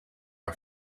are